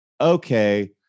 okay